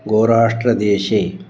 गोराष्ट्रदेशे